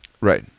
Right